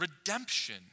Redemption